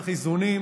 צריך איזונים.